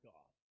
God